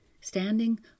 standing